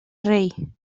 rei